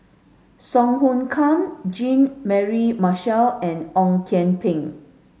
Song Hoot Kiam Jean Mary Marshall and Ong Kian Peng